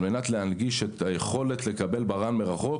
מנת להנגיש את היכולת לקבל ברה"ן מרחוק